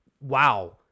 wow